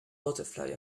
butterfly